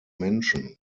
menschen